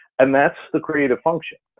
and that's the creative function.